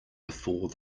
before